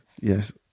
Yes